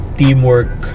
teamwork